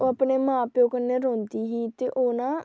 ओह् अपने मांऽ प्यो कन्नै रौंह्दी ही ते ओह् न